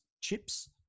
chips